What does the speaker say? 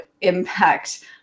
impact